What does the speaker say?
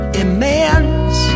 immense